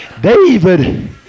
David